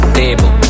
table